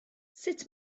sut